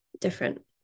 different